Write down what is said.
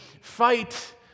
fight